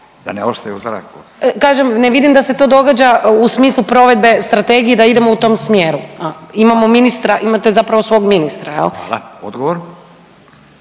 da ne ostane u zraku./… Kažem ne vidim da se to događa u smislu provedbe strategije da idemo u tom smjeru. Imamo ministra, imate zapravo svog ministra. Jel'? **Radin,